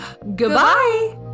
Goodbye